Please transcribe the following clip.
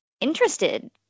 interested